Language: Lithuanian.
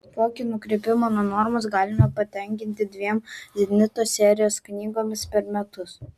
tokį nukrypimą nuo normos galime patenkinti dviem zenito serijos knygomis per metus